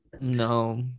no